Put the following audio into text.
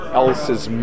else's